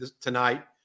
tonight